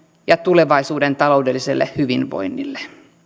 ja tulevaisuuden taloudelliselle hyvinvoinnille